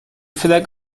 flag